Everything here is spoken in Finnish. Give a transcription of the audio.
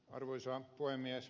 arvoisa puhemies